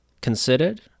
considered